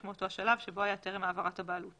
מאותו השלב שבו היה טרם העברת הבעלות.